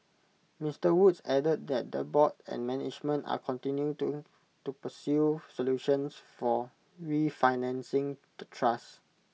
Mister Woods added that the board and management are continuing to pursue solutions for refinancing the trust